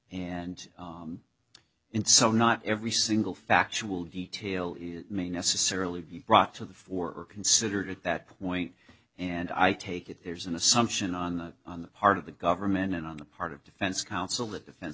play and in so not every single factual detail it may necessarily be brought to the fore considered at that point and i take it there's an assumption on the part of the government and on the part of defense counsel that defense